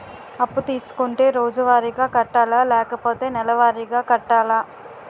అప్పు తీసుకుంటే రోజువారిగా కట్టాలా? లేకపోతే నెలవారీగా కట్టాలా?